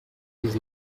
was